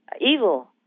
evil